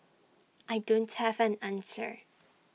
I don't have an answer